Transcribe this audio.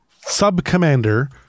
sub-Commander